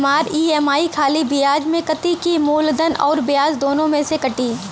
हमार ई.एम.आई खाली ब्याज में कती की मूलधन अउर ब्याज दोनों में से कटी?